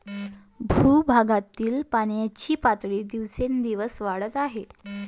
भूगर्भातील पाण्याची पातळी दिवसेंदिवस वाढत आहे